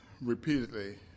repeatedly